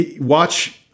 watch